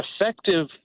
effective